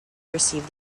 received